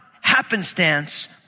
happenstance